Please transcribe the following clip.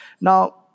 now